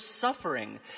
suffering